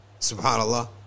subhanallah